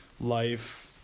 life